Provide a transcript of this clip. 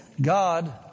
God